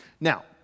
Now